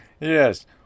Yes